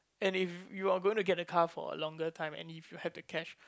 and if you are gonna get the car for a longer time and if you have the cash